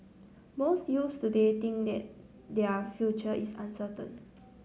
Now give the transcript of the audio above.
most youths today think that their future is uncertain